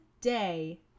day